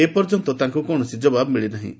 ଏପର୍ଯ୍ୟନ୍ତ ତାଙ୍କୁ କୌଣସି ଜବାବ ମିଳିନାହିଁ